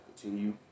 continue